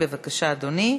בבקשה, אדוני.